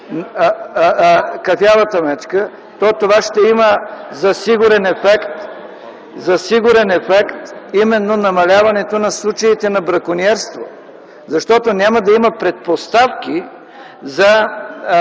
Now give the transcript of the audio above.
кафявата мечка, то това ще има за сигурен ефект (смях, оживление), именно намаляването на случаите на бракониерство, защото няма да има предпоставки за